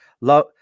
love